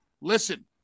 listen